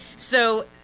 so,